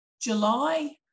July